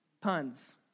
Puns